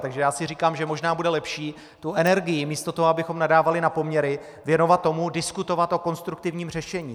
Takže si říkám, že možná bude lepší tu energii místo toho, abychom nadávali na poměry, věnovat tomu, diskutovat o konstruktivním řešení.